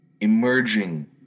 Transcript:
emerging